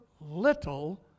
little